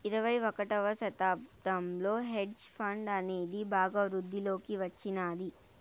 ఇరవై ఒకటవ శతాబ్దంలో హెడ్జ్ ఫండ్ అనేది బాగా వృద్ధిలోకి వచ్చినాది